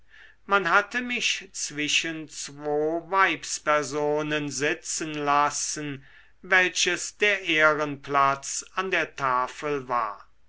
man hatte mich zwischen zwo weibspersonen sitzen lassen welches der ehrenplatz an der tafel war